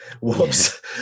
whoops